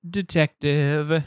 detective